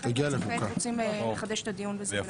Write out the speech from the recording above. לכן כעת רוצים לחדש את הדיון בזה.